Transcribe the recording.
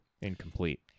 incomplete